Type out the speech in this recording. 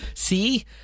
See